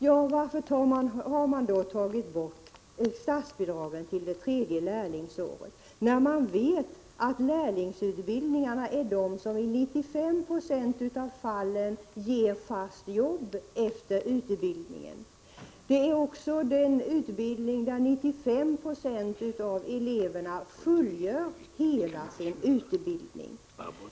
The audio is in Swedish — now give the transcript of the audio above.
Men varför har man tagit bort statsbidragen till det tredje lärlingsåret, när man vet att lärlingsutbildningarna i 95 96 av fallen ger fast jobb efter utbildningen? Det är också den utbildning där 95 96 av eleverna fullföljer hela sin utbildning.